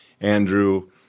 Andrew